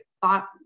thought